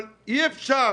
אבל אי אפשר